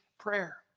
prayer